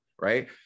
Right